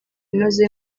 inoze